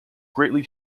greatly